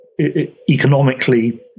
economically